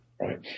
Right